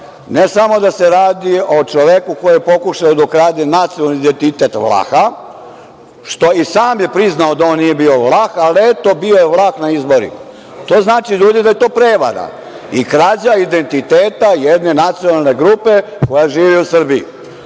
ne samo da se radi o čoveku koji je pokušao da ukrade nacionalni identitet Vlaha, što je i sam priznao da nije bio Vlah, ali, eto, bio je Vlah na izborima, to znači, ljudi, da je to prevara i krađa identiteta jedne nacionalne grupe koja živi u Srbiji. Broj